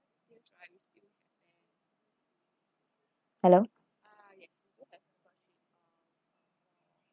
hello